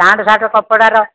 pant shirt କପଡ଼ାର